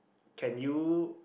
can you